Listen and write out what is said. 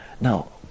now